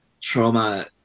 trauma